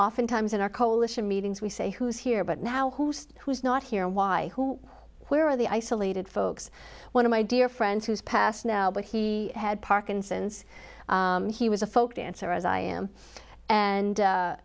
oftentimes in our coalition meetings we say who's here but now who's who's not here and why where are the isolated folks one of my dear friends who's passed now but he had parkinson's he was a folk dancer as i am and